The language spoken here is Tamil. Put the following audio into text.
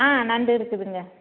ஆ நண்டு இருக்குதுங்க